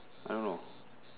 I don't know